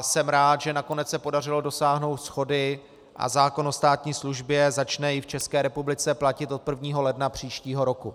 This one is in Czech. Jsem rád, že nakonec se podařilo dosáhnout shody a zákon o státní službě začne v České republice platit od 1. ledna příštího roku.